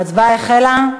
ההצבעה החלה.